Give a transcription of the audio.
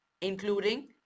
including